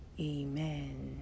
amen